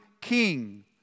king